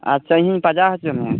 ᱟᱪᱪᱷᱟ ᱤᱧᱤᱧ ᱯᱟᱡᱟᱣ ᱦᱚᱪᱚ ᱢᱮᱭᱟ